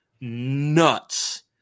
nuts